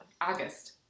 August